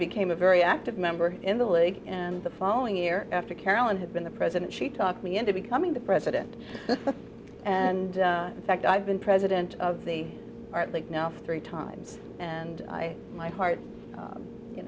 became a very active member in the league and the following year after carolyn had been the president she talked me into becoming the president and fact i've been president of the league now for three times and my heart you